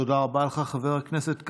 תודה רבה לך, חבר הכנסת כץ.